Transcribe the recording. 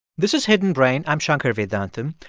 this is hidden brain. i'm shankar vedantam.